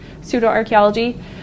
pseudo-archaeology